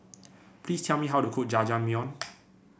please tell me how to cook Jajangmyeon